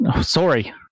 Sorry